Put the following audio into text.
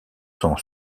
sont